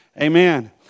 Amen